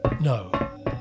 no